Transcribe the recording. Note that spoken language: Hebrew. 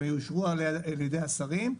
שיאושרו על ידי השרים,